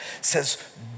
says